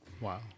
Wow